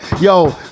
yo